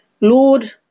Lord